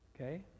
okay